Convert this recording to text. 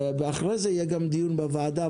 אחרי זה יהיה גם דיון בוועדה,